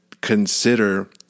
consider